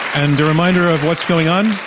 and a reminder of what's going on.